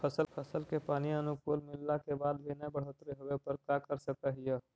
फसल के पानी अनुकुल मिलला के बाद भी न बढ़ोतरी होवे पर का कर सक हिय?